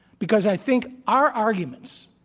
because i think our arguments,